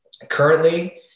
Currently